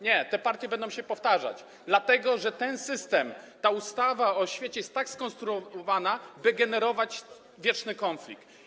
Nie, te partie będą się powtarzać, dlatego że ten system, ta ustawa o oświacie są tak skonstruowane, by generować wieczny konflikt.